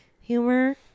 humor